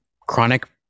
chronic